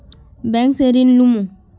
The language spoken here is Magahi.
बैंक से ऋण लुमू?